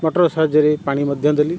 motor ସାହାଯ୍ୟରେ ପାଣି ମଧ୍ୟ ଦେଲି